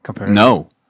No